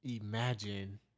imagine